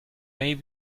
may